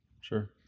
Sure